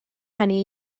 hynny